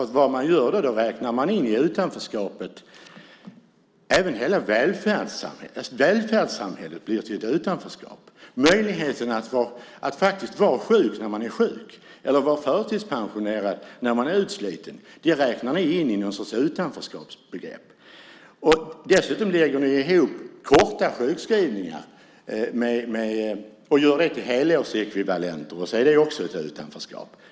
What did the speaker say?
Vad man gör är att man räknar in i utanförskapet även delar av välfärdssamhället, möjligheten att få vara sjuk när man är sjuk eller vara förtidspensionerad när man är utsliten. Det räknar ni i någon sorts utanförskap. Dessutom lägger ni ihop sjukskrivningar och gör det till helårsekvivalenter och ser det som utanförskap.